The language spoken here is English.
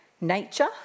Nature